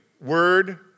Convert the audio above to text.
word